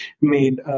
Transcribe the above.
made